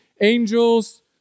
angels